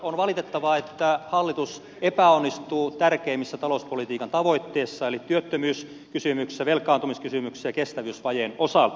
on valitettavaa että hallitus epäonnistuu tärkeimmissä talouspolitiikan tavoitteissa eli työttömyyskysymyksessä velkaantumiskysymyksessä ja kestävyysvajeen osalta